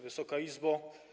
Wysoka Izbo!